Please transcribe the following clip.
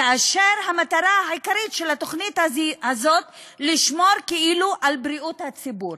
כאשר המטרה העיקרית של התוכנית הזאת היא לשמור כאילו על בריאות הציבור?